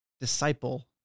Disciple